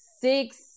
six